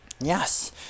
yes